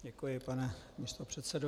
Děkuji, pane místopředsedo.